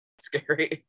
scary